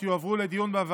לא שמענו.